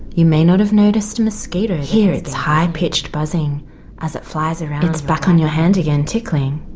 you may not have noticed a mosquito, hear its high pitched buzzing as it flies around. it's back on your hand again tickling,